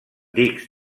dics